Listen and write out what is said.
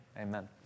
Amen